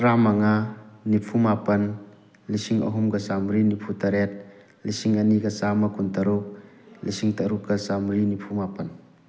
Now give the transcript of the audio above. ꯇꯔꯥ ꯃꯉꯥ ꯅꯤꯐꯨ ꯃꯥꯄꯟ ꯂꯤꯁꯤꯡ ꯑꯍꯨꯝꯒ ꯆꯥꯃꯔꯤ ꯅꯤꯐꯨ ꯇꯔꯦꯠ ꯂꯤꯁꯤꯡ ꯑꯅꯤꯒ ꯆꯥꯝꯃ ꯀꯨꯟ ꯇꯔꯨꯛ ꯂꯤꯁꯤꯡ ꯇꯔꯨꯛꯀ ꯆꯥꯃꯔꯤ ꯅꯤꯐꯨ ꯃꯥꯄꯟ